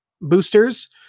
boosters